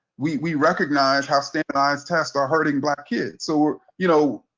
we recognize how standardized tests are hurting black kids. so we're you know,